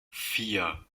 vier